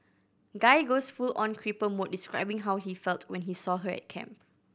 guy goes full on creeper mode describing how he felt when he saw her at camp